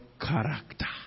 character